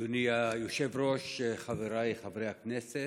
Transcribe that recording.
אדוני היושב-ראש, חבריי חברי הכנסת,